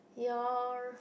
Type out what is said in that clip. ya